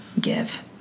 give